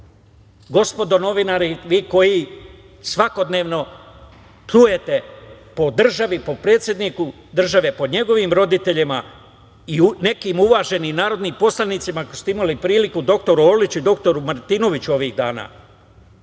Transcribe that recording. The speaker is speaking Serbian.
ljudi.“Gospodo novinari, vi koji svakodnevno pljujete po državi, po predsedniku države, po njegovim roditeljima, i nekim uvaženim narodnim poslanicima, ako ste imali priliku dr Orliću i dr Martinoviću ovih dana,